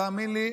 ותאמין לי,